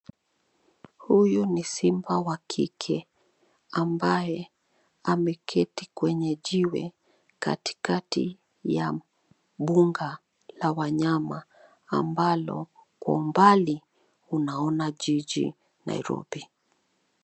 Huyu ni simba wa kike ambaye ameketi kwenye jiwe katikati ya mbuga la wanyama ambalo kwa umbali unaona jiji, Nairobi.